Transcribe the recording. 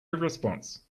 response